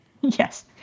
Yes